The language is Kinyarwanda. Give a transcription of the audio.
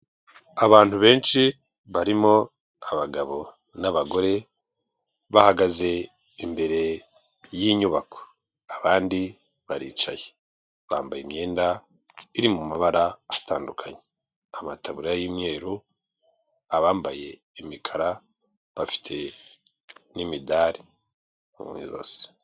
Abantu benshi barimo abagabo n'abagore, bahagaze imbere y'inyubako abandi baricaye bambaye imyenda iri mu mabara atandukanye abataburiya y'umweru, abambaye imikara bafite n'imidari mu ijosi.